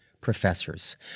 professors